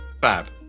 bab